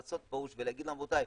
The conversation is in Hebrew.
לעשות pause ולהגיד: רבותיי,